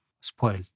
spoil